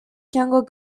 jungle